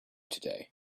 today